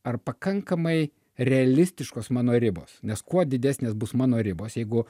ar pakankamai realistiškos mano ribos nes kuo didesnės bus mano ribos jeigu